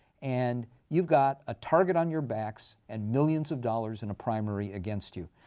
and you've got a target on your backs and millions of dollars in a primary against you.